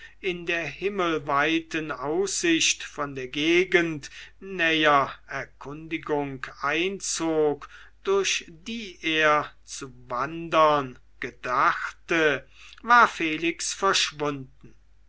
in der himmelweiten aussicht von der gegend näher erkundigung einzog durch die er zu wandern gedachte war felix verschwunden